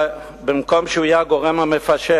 ובמקום שהוא יהיה הגורם המפשר,